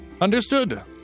Understood